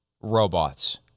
robots